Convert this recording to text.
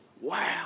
Wow